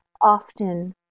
often